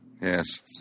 Yes